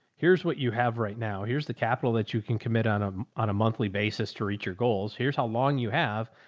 here's what you have right now. here's the capital that you can commit on a, um on a monthly basis to reach your goals. here's how long you have,